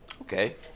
Okay